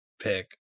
pick